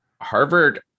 Harvard